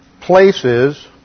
places